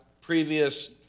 previous